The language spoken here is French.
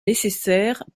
nécessaire